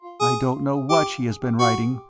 i don't know what she has been writing,